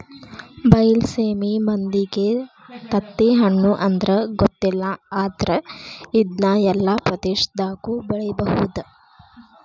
ಬೈಲಸೇಮಿ ಮಂದಿಗೆ ತತ್ತಿಹಣ್ಣು ಅಂದ್ರ ಗೊತ್ತಿಲ್ಲ ಆದ್ರ ಇದ್ನಾ ಎಲ್ಲಾ ಪ್ರದೇಶದಾಗು ಬೆಳಿಬಹುದ